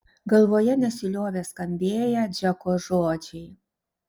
galvoje nesiliovė skambėję džeko žodžiai